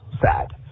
sad